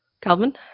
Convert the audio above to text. Calvin